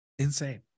insane